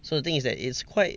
so the thing is that it's quite